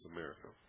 America